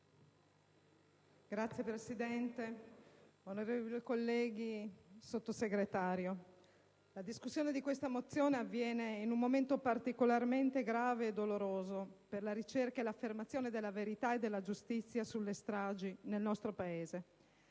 Signora Presidente, onorevoli colleghi, Sottosegretario, la discussione di questa mozione avviene in un momento particolarmente grave e doloroso per la ricerca e l'affermazione della verità e della giustizia sulle stragi nel nostro Paese.